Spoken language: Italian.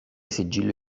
sigillo